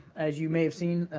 as you may have seen,